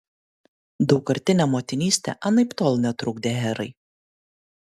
daugkartinė motinystė anaiptol netrukdė herai